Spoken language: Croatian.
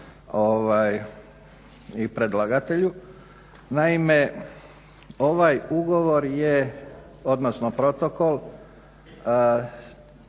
i predlagatelju. Naime, ovaj ugovor je, odnosno protokol